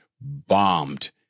bombed